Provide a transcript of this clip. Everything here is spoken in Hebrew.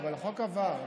אבל החוק עבר.